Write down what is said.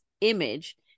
image